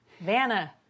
Vanna